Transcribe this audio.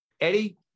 Eddie